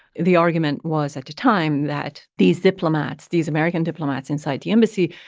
the argument was, at the time, that these diplomats, these american diplomats inside the embassy,